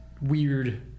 weird